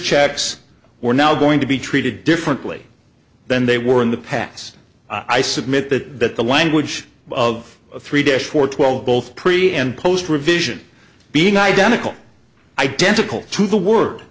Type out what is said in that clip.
checks were now going to be treated differently than they were in the past i submit that the language of three dish for twelve both pre and post revision being identical identical to the wor